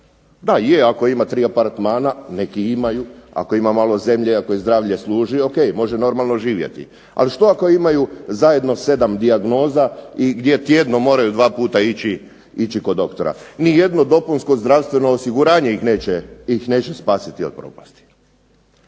Da, je ako ima tri apartmana. Neki imaju. Ako ima malo zemlje, ako iz zdravlje služi o.k. Može normalno živjeti. Ali što ako imaju zajedno 7 dijagnoza i gdje tjedno moraju dva puta ići kod doktora. Ni jedno dopunsko zdravstveno osiguranje ih neće spasiti od propasti.